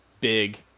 big